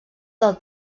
del